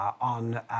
on